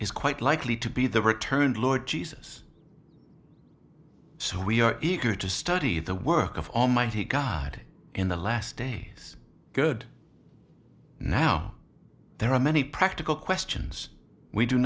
is quite likely to be the returned lord jesus so we are eager to study the work of almighty god in the last day of good now there are many practical questions we do